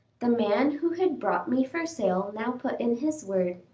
the man who had brought me for sale now put in his word.